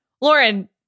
Lauren